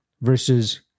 versus